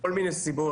כל מיני סיבות,